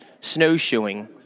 snowshoeing